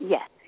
Yes